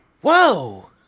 Whoa